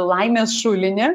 laimės šulinį